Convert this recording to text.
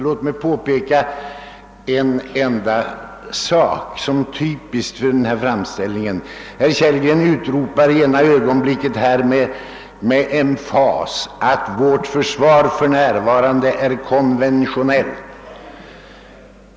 Låt mig påpeka en enda sak som typisk för denna framställning. Herr Kellgren utropar i ena ögonblicket med emfas att vårt försvar för närvarande är för litet tekniskt, konventionellt.